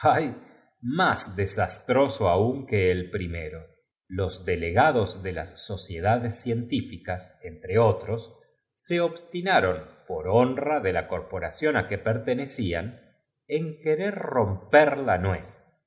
más desastroso aún que el cun o primero los delegados de las sociedades esta vez el mecánico y el astrólogo crecientíficas entre otros so obstinaron por yeron que habla llegado el momento de honra de la corporación á que pertene presentar al joven drosselmayer porque clao en querer romper la nuez